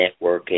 networking